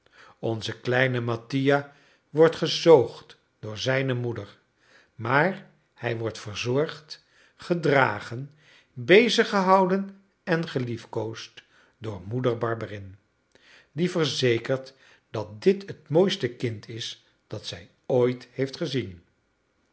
onze kleine mattia wordt gezoogd door zijne moeder maar hij wordt verzorgd gedragen beziggehouden en geliefkoosd door moeder barberin die verzekert dat dit het mooiste kind is dat zij ooit heeft gezien